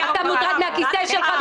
אתה מוטרד מהכיסא שלך,